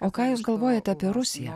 o ką jūs galvojate apie rusiją